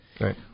Right